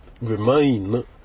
remain